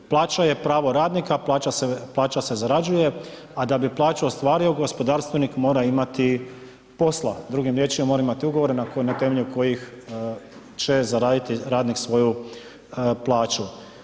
Plaća je pravo radnika, plaća se zarađuje a da bi plaću ostvario, gospodarstvenik mora imati posla, drugim riječima mora imati ugovore na temelju kojih će zaraditi radnik svoju plaću.